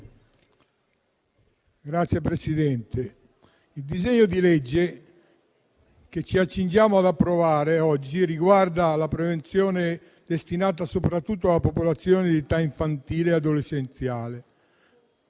Signor Presidente, il disegno di legge che ci accingiamo ad approvare oggi riguarda la prevenzione, destinata soprattutto alla popolazione di età infantile e adolescenziale,